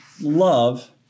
love